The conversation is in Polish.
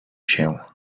się